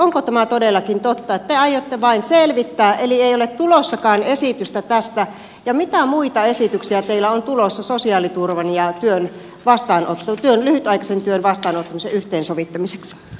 onko tämä todellakin totta että te aiotte vain selvittää eli ei ole tulossakaan esitystä tästä ja mitä muita esityksiä teillä on tulossa sosiaaliturvan ja lyhytaikaisen työn vastaanottamisen yhteensovittamiseksi